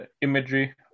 imagery